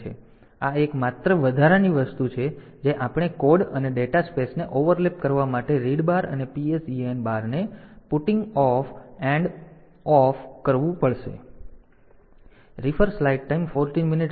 તેથી આ એક માત્ર વધારાની વસ્તુ છે જે આપણે કોડ અને ડેટા સ્પેસને ઓવરલેપ કરવા માટે રીડ બાર અને PSEN બારને પુટિંગ ઓફ એન્ડ ઓફ કરવું પડશે